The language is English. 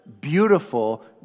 beautiful